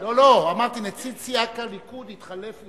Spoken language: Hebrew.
אמרתי שנציג סיעת הליכוד התחלף עם